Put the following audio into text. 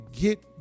get